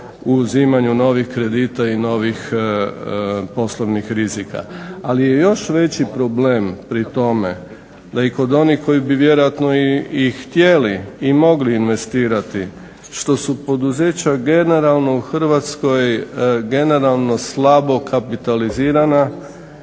u uzimanju novih kredita i novih poslovnih rizika. Ali je još veći problem pri tome da i kod onih koji bi vjerojatno i htjeli i mogli investirati što su poduzeća generalno u Hrvatskoj slabo kapitalizirana